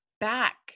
back